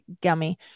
gummy